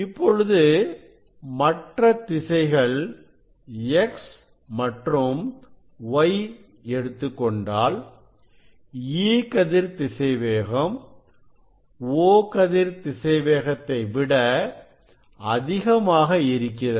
இப்பொழுது மற்ற திசைகள் X மற்றும் Y எடுத்துக்கொண்டால் E கதிர் திசைவேகம் O கதிர் திசைவேகத்தை விட அதிகமாக இருக்கிறது